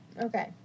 Okay